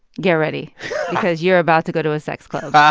get ready because you're about to go to a sex club ah